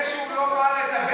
זה שהוא לא בא לדבר,